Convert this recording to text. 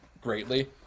greatly